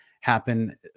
happen